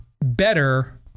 better